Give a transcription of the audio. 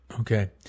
Okay